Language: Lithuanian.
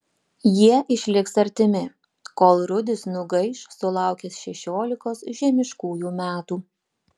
jie išliks artimi kol rudis nugaiš sulaukęs šešiolikos žemiškųjų metų